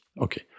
okay